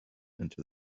into